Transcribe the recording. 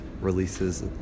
releases